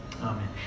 Amen